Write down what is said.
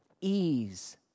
ease